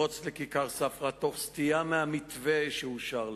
לפרוץ לכיכר ספרא, תוך סטייה מהמתווה שאושר להם.